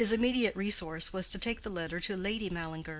his immediate resource was to take the letter to lady mallinger,